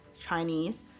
Chinese